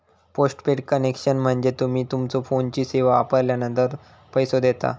postpaid connection म्हणजे तुम्ही तुमच्यो फोनची सेवा वापरलानंतर पैसो देता